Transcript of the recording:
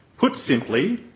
put simply,